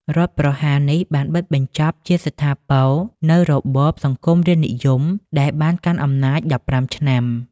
រដ្ឋប្រហារនេះបានបិទបញ្ចប់ជាស្ថាពរនូវរបបសង្គមរាស្រ្តនិយមដែលបានកាន់អំណាច ១៥ ឆ្នាំ។